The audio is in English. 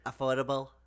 affordable